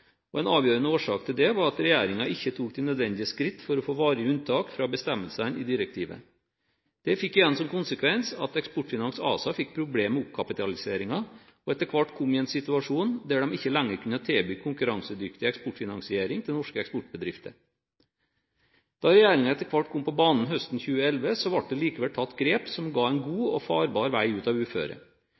En avgjørende årsak til det var at regjeringen ikke tok de nødvendige skritt for å få varige unntak fra bestemmelsene i direktivet. Det fikk igjen som konsekvens at Eksportfinans ASA fikk problemer med oppkapitaliseringen og etter hvert kom i en situasjon der de ikke lenger kunne tilby konkurransedyktig eksportfinansiering til norske eksportbedrifter. Da regjeringen etter hvert kom på banen høsten 2011, ble det likevel tatt grep som ga en god og farbar vei ut av